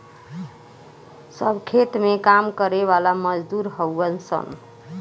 सब खेत में काम करे वाला मजदूर हउवन सन